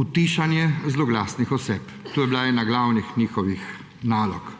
utišanje zloglasnih oseb. To je bila ena njihovih glavnih nalog.